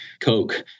Coke